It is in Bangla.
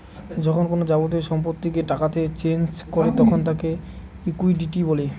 যখন কোনো যাবতীয় সম্পত্তিকে টাকাতে চেঞ করে তখন তাকে লিকুইডিটি বলে